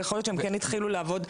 יכול להיות שכן הם התחילו לעבוד,